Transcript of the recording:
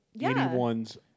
anyone's